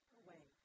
away